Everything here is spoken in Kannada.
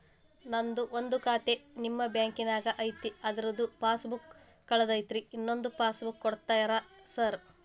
ನಂದು ಒಂದು ಖಾತೆ ನಿಮ್ಮ ಬ್ಯಾಂಕಿನಾಗ್ ಐತಿ ಅದ್ರದು ಪಾಸ್ ಬುಕ್ ಕಳೆದೈತ್ರಿ ಇನ್ನೊಂದ್ ಪಾಸ್ ಬುಕ್ ಕೂಡ್ತೇರಾ ಸರ್?